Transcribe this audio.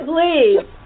Please